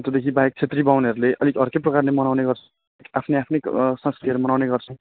त्यहाँदेखि बाहेक छेत्री बाहुनहरूले अलिक अर्कै प्रकारले मनाउने गर्छन् आफ्नै आफ्नै संस्कृतिहरू मनाउने गर्छन्